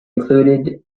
included